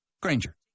Granger